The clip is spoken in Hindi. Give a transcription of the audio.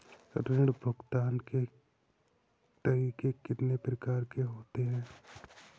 ऋण भुगतान के तरीके कितनी प्रकार के होते हैं?